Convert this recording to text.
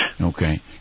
Okay